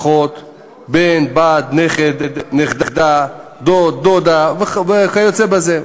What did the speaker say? אחות, בן, בת, נכד, נכדה, דוד, דודה וכיוצא בזה.